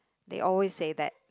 they always say that